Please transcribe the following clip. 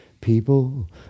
People